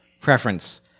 preference